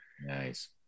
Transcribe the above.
nice